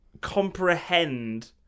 comprehend